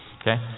Okay